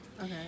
Okay